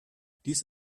dies